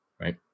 right